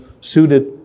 suited